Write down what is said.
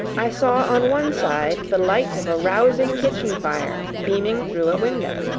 i saw on one side the light of a rousing kitchen fire beaming through a window.